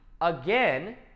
again